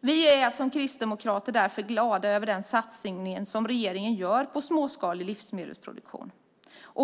Vi kristdemokrater är därför glada över den satsning som regeringen gör på småskalig livsmedelsproduktion.